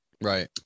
Right